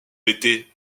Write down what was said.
été